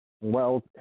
wealth